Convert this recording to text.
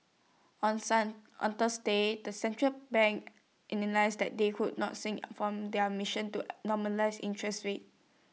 on son on Thursday the central banks that they could not shirk from their missions to normalise interest rates